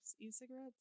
E-Cigarettes